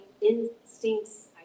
instincts